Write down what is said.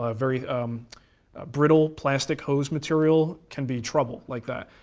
ah very um brittle plastic hose material can be trouble like that.